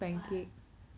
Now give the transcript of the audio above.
but